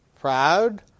proud